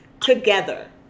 together